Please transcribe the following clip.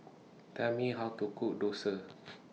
Tell Me How to Cook Dosa